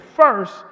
first